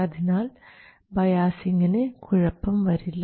അതിനാൽ ബയാസിങ്ങിന് കുഴപ്പം വരില്ല